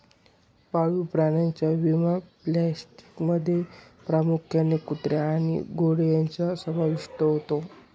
पाळीव प्राण्यांच्या विमा पॉलिसींमध्ये प्रामुख्याने कुत्रे आणि घोडे यांचा समावेश होतो